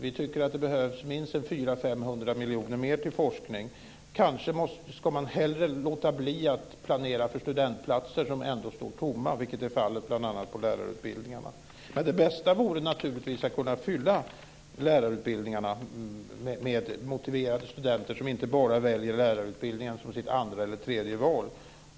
Vi tycker att det behövs minst 400-500 miljoner mer till forskning. Man ska kanske låta bli att planera för studentplatser som ändå står tomma, vilket är fallet bl.a. på lärarutbildningarna. Det bästa vore naturligtvis om man kunde fylla lärarutbildningarna med motiverade studenter som inte bara har lärarutbildningen som sitt andra eller tredje val.